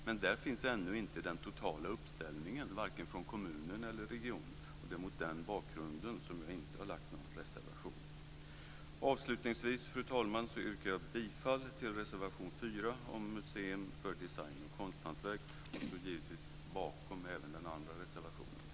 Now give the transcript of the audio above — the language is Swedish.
Men där finns ännu inte den totala uppställningen, varken från kommunen eller från regionen. Det är mot den bakgrunden som jag inte har lagt någon reservation. Avslutningsvis, fru talman, yrkar jag bifall till reservation 4 om ett museum för design och konsthantverk, och jag står givetvis bakom den andra reservationen som vi har.